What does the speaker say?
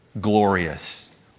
glorious